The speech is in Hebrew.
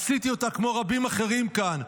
עשיתי אותה כמו רבים אחרים כאן,